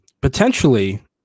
potentially